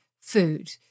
food